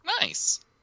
Nice